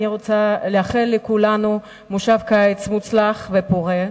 אני רוצה לאחל לכולנו מושב קיץ מוצלח ופורה.